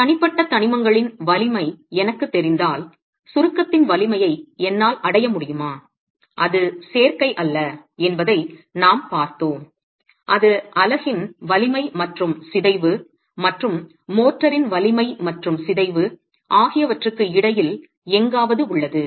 இப்போது தனிப்பட்ட தனிமங்களின் வலிமை எனக்குத் தெரிந்தால் சுருக்கத்தின் வலிமையை என்னால் அடைய முடியுமா அது சேர்க்கை அல்ல என்பதை நாம் பார்த்தோம் அது அலகின் வலிமை மற்றும் சிதைவு மற்றும் மோர்ட்டாரின் வலிமை மற்றும் சிதைவு ஆகியவற்றுக்கு இடையில் எங்காவது உள்ளது